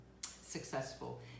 successful